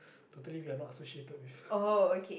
totally we are not associated with